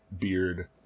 beard